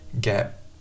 get